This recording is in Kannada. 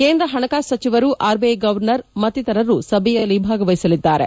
ಕೇಂದ್ರ ಹಣಕಾಸು ಸಚಿವರು ಆರ್ಬಿಐ ಗವರ್ನರ್ ಮತ್ತಿತರರು ಸಭೆಯಲ್ಲಿ ಭಾಗವಹಿಸಲಿದ್ದಾರೆ